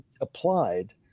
applied